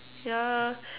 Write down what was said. yeah